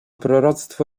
proroctwo